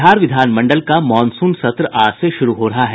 बिहार विधानमंडल का मॉनसून सत्र आज से शुरू हो रहा है